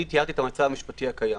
אני תיארתי את המצב המשפטי הקיים.